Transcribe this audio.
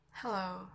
Hello